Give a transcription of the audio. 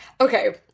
Okay